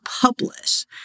publish